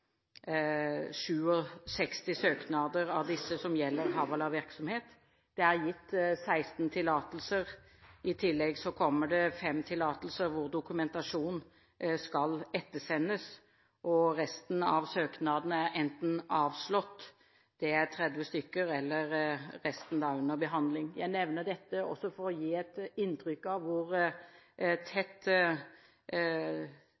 gitt 16 tillatelser. I tillegg kommer det 5 tillatelser hvor dokumentasjon skal ettersendes. Resten av søknadene er enten avslått – det er 30 stykker – eller er under behandling. Jeg nevner dette også for å gi et inntrykk av hvor